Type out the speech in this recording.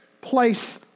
place